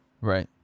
Right